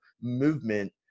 movement